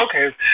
okay